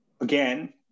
again